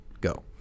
Go